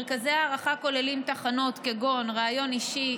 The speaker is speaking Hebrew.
מרכזי ההערכה כוללים תחנות כגון ריאיון אישי,